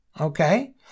okay